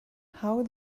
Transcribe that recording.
how